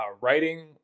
writing